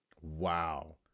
Wow